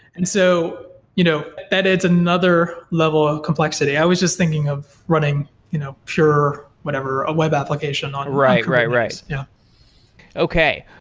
and so you know that it's another level of complexity. i was just thinking of running you know pure whatever, a web application on kubernetes right, right, right. yeah okay.